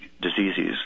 diseases